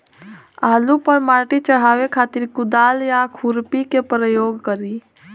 आलू पर माटी चढ़ावे खातिर कुदाल या खुरपी के प्रयोग करी?